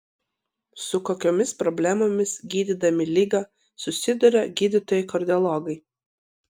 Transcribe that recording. su kokiomis problemomis gydydami ligą susiduria gydytojai kardiologai